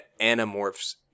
anamorphs